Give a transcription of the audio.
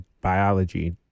biology